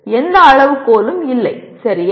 எந்த அளவுகோலும் இல்லை சரியா